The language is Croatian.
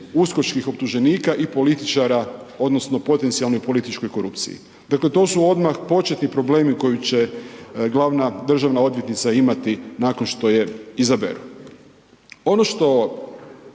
USKOK-čkih optuženika i političara odnosno potencijalnoj političkoj korupciji. Dakle to su odmah početni problemi koje će glavna državna odvjetnica nakon što je izaberu. Ono što